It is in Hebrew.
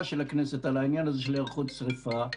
של הכנסת על העניין הזה להיערכות לשרפה.